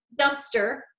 dumpster